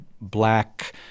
black